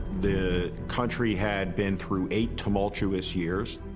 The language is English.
the country had been through eight tumultuous years.